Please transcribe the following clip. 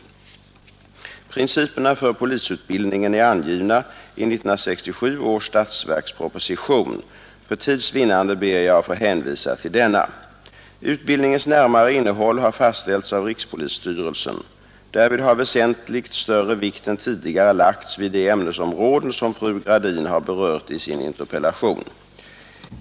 Principerna för polisutbildningen är angivna i 1967 års statsverksproposition. För tids vinnande ber jag att få hänvisa till denna. Utbildningens närmare innehåll har fastställts av rikspolisstyrelsen. Därvid har väsentligt större vikt än tidigare lagts vid de ämnesområden som fru Gradin har berört i sin interpellation.